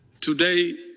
Today